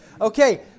Okay